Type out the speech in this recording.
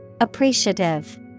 Appreciative